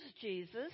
Jesus